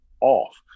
off